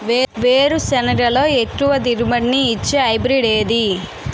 వేరుసెనగ లో ఎక్కువ దిగుబడి నీ ఇచ్చే హైబ్రిడ్ ఏది?